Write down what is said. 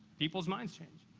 people's minds changed.